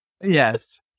Yes